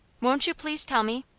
won't you please tell me?